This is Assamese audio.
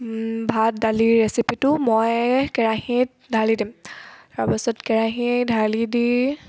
ভাত দালিৰ ৰেচিপিটো মই কেৰাহীত ঢালি দিম তাৰপিছত কেৰাহীত ঢালি দি